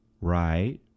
right